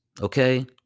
okay